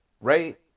right